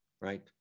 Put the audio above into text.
right